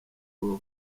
love